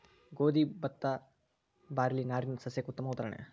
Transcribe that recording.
ಗೋದಿ ಬತ್ತಾ ಬಾರ್ಲಿ ನಾರಿನ ಸಸ್ಯಕ್ಕೆ ಉತ್ತಮ ಉದಾಹರಣೆ